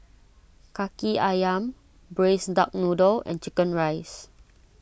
Kaki Ayam Braised Duck Noodle and Chicken Rice